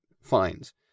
fines